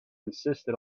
insisted